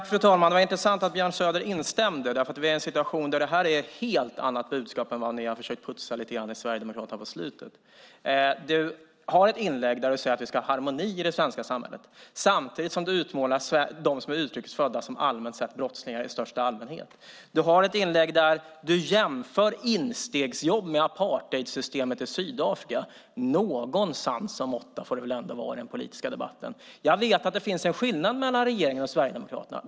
Fru talman! Det var intressant att Björn Söder instämde. Vi är i en situation där det här är ett helt annat budskap än vad ni i Sverigedemokraterna försökt finputsa lite grann. Du säger, Erik Almqvist, i ditt inlägg att vi ska ha harmoni i det svenska samhället. Samtidigt utmålar du dem som är utrikesfödda som brottslingar i största allmänhet. Du har ett inlägg där du jämför instegsjobb med apartheidsystemet i Sydafrika. Någon sans och måtta får det väl ändå vara i den politiska debatten! Jag vet att det finns en skillnad mellan regeringen och Sverigedemokraterna.